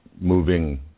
moving